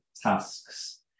tasks